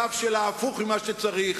הקו שלה הפוך ממה שצריך,